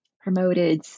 promoted